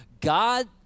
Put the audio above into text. God